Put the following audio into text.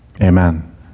Amen